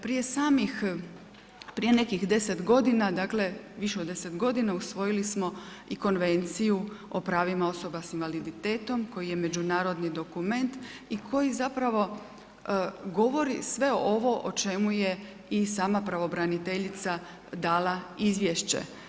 Prije samih, prije nekih 10 godina dakle, više od 10 godina, usvojili smo i konvenciju o pravima osoba s invaliditetom koji je međunarodni dokument i koji zapravo govori sve ovo o čemu je i sama pravobraniteljica dala izvješće.